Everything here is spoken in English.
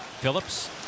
Phillips